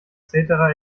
cetera